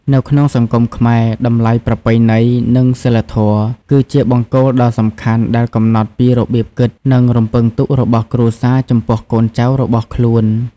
នៅក្នុងសង្គមខ្មែរ តម្លៃប្រពៃណី និងសីលធម៌ គឺជាបង្គោលដ៏សំខាន់ដែលកំណត់ពីរបៀបគិត និងរំពឹងទុករបស់គ្រួសារចំពោះកូនចៅរបស់ខ្លួន។